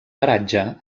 paratge